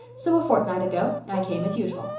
so a fortnight ago i came as usual.